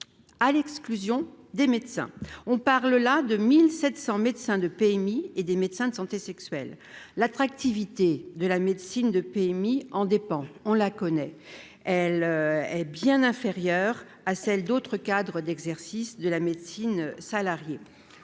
à l'exclusion des médecins, on parle là de 1700 médecins de PMI et des médecins de santé sexuelle, l'attractivité de la médecine de PMI en dépend, on la connaît, elle est bien inférieure à celle d'autres cadre d'exercice de la médecine salariée